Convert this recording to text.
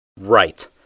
Right